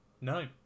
No